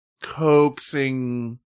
coaxing